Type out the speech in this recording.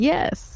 Yes